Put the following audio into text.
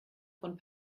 von